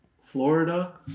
Florida